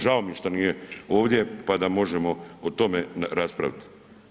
Žao mi je šta nije ovdje pa da možemo o tome raspraviti.